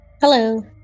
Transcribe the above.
hello